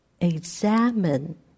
examine